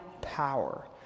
power